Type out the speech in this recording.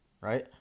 right